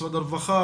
משרד הרווחה,